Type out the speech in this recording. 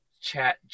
Chat